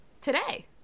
today